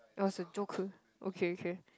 that was a joke okay K